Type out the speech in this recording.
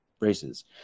races